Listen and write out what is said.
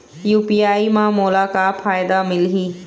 UPI म मोला का फायदा मिलही?